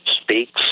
Speaks